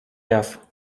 jaw